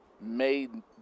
made